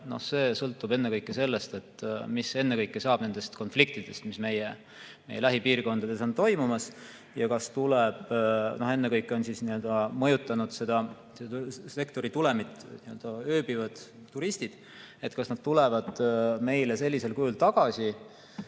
See sõltub ennekõike sellest, mis saab nendest konfliktidest, mis meie lähipiirkondades toimuvad. Ennekõike on mõjutanud selle sektori tulemit ööbivad turistid. Kas nad tulevad meile sellisel kujul tagasi?